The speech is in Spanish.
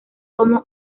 como